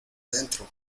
dentro